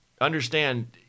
Understand